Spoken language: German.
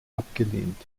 abgelehnt